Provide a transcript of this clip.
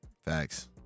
Facts